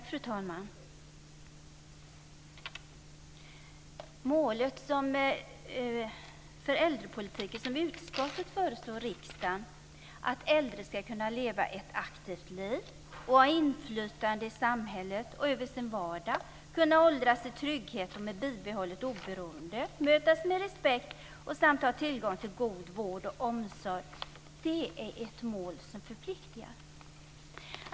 Fru talman! Målet för den äldrepolitik som utskottet föreslår riksdagen, att äldre ska kunna leva ett aktivt liv, ha inflytande i samhället och över sin vardag, kunna åldras i trygghet och med bibehållet oberoende, mötas med respekt samt ha tillgång till god vård och omsorg, förpliktar.